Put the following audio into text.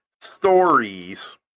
stories